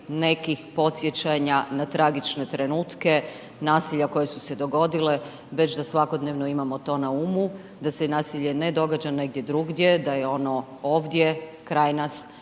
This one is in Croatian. nekih podsjećanja na tragične trenutke nasilja koje su se dogodile, već da svakodnevno imamo to na umu da se nasilje ne događa negdje drugdje, da je ono ovdje, kraj nas